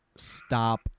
Stop